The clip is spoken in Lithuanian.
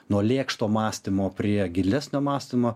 nuo lėkšto mąstymo prie gilesnio mąstymo